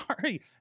Sorry